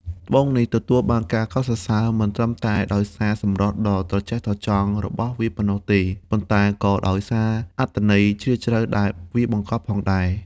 ត្បូងនេះទទួលបានការកោតសរសើរមិនត្រឹមតែដោយសារសម្រស់ដ៏ត្រចះត្រចង់របស់វាប៉ុណ្ណោះទេ ប៉ុន្តែក៏ដោយសារអត្ថន័យជ្រាលជ្រៅដែលវាបង្កប់ផងដែរ។